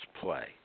play